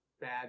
bad